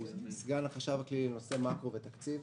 סגן החשב הכללי לנושא מקרו ותקציב,